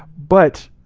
but,